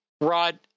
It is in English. Rod